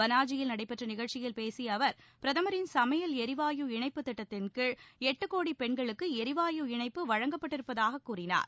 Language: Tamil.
பனாஜியில் நடைபெற்ற நிகழ்ச்சியில் பேசிய அவர் பிரதமரின் சமையல் எரிவாயு இணைப்பு திட்டத்தின் கீழ் எட்டு கோடி பெண்களுக்கு எரிவாயு இணைப்பு வழங்கப்பட்டிருப்பதாகக் கூறினார்